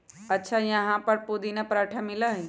अच्छा यहाँ पर पुदीना पराठा मिला हई?